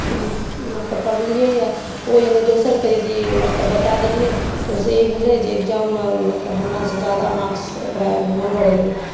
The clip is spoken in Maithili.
मतलब पढ़लियैए ओ यानि दोसरकेँ यदि मतलब बता देलियै तऽ ओहिसँ ई भेलै जे एग्जाममे मतलब हमरासँ ज्यादा मार्क्स ओकरा एलै नम्बर एलै